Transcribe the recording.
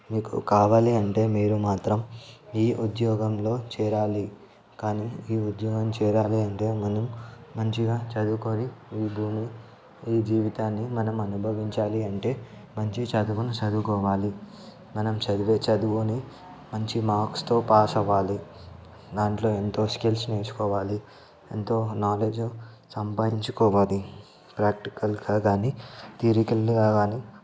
మీకు కావాలి అంటే మీరు మాత్రం ఈ ఉద్యోగంలో చేరాలి కానీ ఈ ఉద్యోగం చేరాలి అంటే మనం మంచిగా చదువుకోని ఈ భూమి ఈ జీవితాన్ని మనం అనుభవించాలి అంటే మంచి చదువును చదువుకోవాలి మనం చదివే చదువుని మంచి మార్క్స్తో పాస్ అవ్వాలి దాంట్లో ఎంతో స్కిల్స్ చేయించుకోవాలి ఎంతో నాలెడ్జ్ సంపాదించుకోవాలి ప్రాక్టికల్గా కానీ తీరికల్గా కానీ